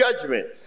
judgment